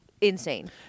insane